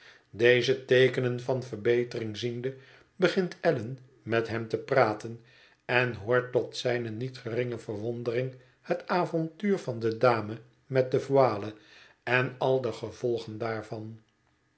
deze teekenen van verbetering ziende begint allan met hem te praten en hoort tot zijne niet geringe verwondering het avontuur van de dame met de voile en al de gevolgen daarvan